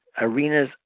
arenas